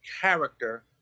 character